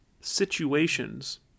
situations